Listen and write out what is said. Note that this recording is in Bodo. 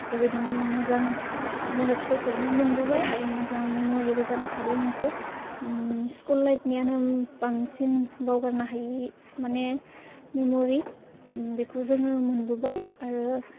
बेबायदिनो मोजां नलेडजफोरखौबो मोनबोबाय आरो मोजां मेमरिबो जाना थाबाय मोनसे स्कुल लाइफनियानो बांसिन बावगारनो हायि माने मेमरि बेखौ जोङो मोनबोबाय आरो